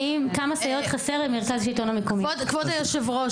כמה סייעות חסרות למרכז שלטון מקומי?) כבוד היושבת-ראש,